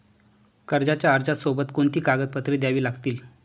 कर्जाच्या अर्जासोबत कोणती कागदपत्रे द्यावी लागतील?